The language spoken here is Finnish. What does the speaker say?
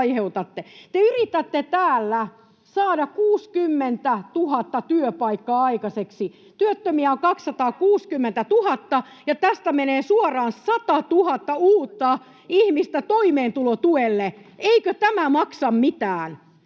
Te yritätte täällä saada 60 000 työpaikkaa aikaiseksi. Työttömiä on 260 000, ja tästä menee suoraan 100 000 uutta ihmistä toimeentulotuelle. Eikö tämä maksa mitään?